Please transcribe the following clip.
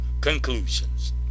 conclusions